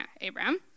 Abraham